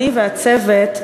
אני והצוות,